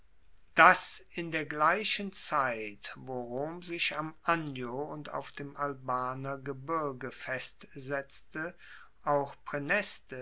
dass in der gleichen zeit wo rom sich am anio und auf dem albaner gebirge festsetzte auch